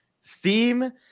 Steam